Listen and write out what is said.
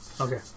Okay